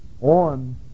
on